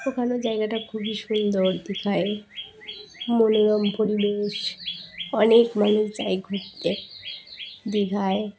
ওখানেও জায়গাটা খুবই সুন্দর দীঘায় মনোরম পরিবেশ অনেক মানুষ যায় ঘুরতে দীঘায়